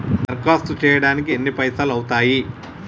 దరఖాస్తు చేయడానికి ఎన్ని పైసలు అవుతయీ?